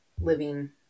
living